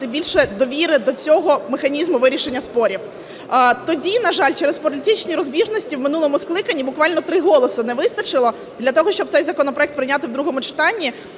більше довіри до цього механізму вирішення спорів. Тоді, на жаль, через політичні розбіжності, в минулому скликанні, буквально три голоси не вистачило для того, щоб цей законопроект прийняти в другому читанні.